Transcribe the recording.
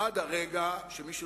עד הרגע שמישהו,